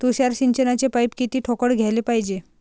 तुषार सिंचनाचे पाइप किती ठोकळ घ्याले पायजे?